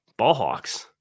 Ballhawks